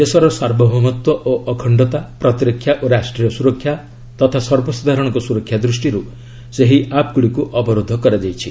ଦେଶର ସାର୍ବଭୌମତ୍ୱ ଓ ଅଖଶ୍ଚତା ପ୍ରତିରକ୍ଷା ଓ ରାଷ୍ଟ୍ରୀୟ ସୁରକ୍ଷା ତଥା ସର୍ବସାଧାରଣଙ୍କ ସୁରକ୍ଷା ଦୃଷ୍ଟିରୁ ସେହି ଆପ୍ଗୁଡ଼ିକୁ ଅବରୋଧ କରାଯାଇଛି